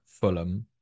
Fulham